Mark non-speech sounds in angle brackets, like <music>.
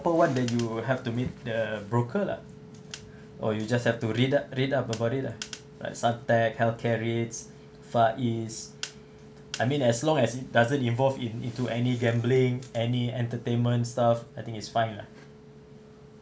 proper one then you have to meet the broker lah <breath> or you just have to read up read up about it lah like suntec healthcare REITs far east I mean as long as it doesn't involve in into any gambling any entertainment stuff I think it's fine lah